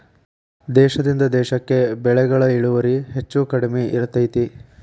ದೇಶದಿಂದ ದೇಶಕ್ಕೆ ಬೆಳೆಗಳ ಇಳುವರಿ ಹೆಚ್ಚು ಕಡಿಮೆ ಇರ್ತೈತಿ